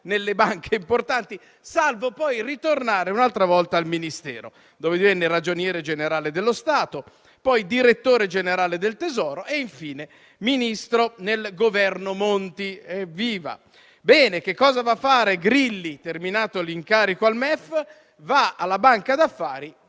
nelle banche importanti - salvo poi ritornare un'altra volta al Ministero, dove divenne Ragioniere generale dello Stato, poi Direttore generale del Tesoro e infine Ministro nel Governo Monti. Evviva! Bene, che cosa va a fare Grilli terminato l'incarico al MEF? Va alla banca d'affari